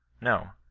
no.